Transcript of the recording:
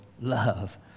love